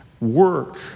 work